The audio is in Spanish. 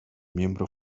miembro